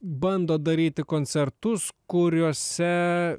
bandot daryti koncertus kuriuose